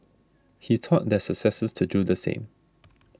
he taught their successors to do the same